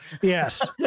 Yes